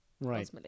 right